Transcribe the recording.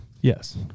Yes